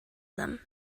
them